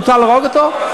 מותר להרוג אותו?